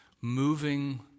moving